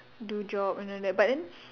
do job and all that but then